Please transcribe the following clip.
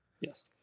Yes